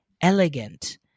elegant